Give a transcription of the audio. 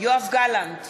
יואב גלנט,